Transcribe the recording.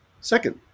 second